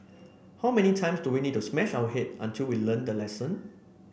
how many times do we need to smash our head until we learn the lesson